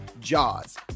Jaws